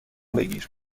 بگیر